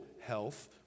health